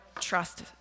trust